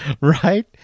Right